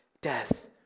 death